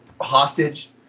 hostage